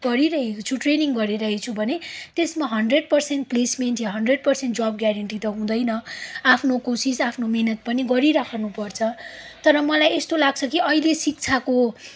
पढिरहेकी छु ट्रेनिङ गरिरहेकी छु भने त्यसमा hundred percent placement hundred percent जब ग्यारेन्टी त हुँदैन आफ्नो कोसिस आफ्नो मिहिनेत पनि गरिरहनु पर्छ तर मलाई यस्तो लाग्छ कि अहिले शिक्षाको